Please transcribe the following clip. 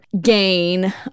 gain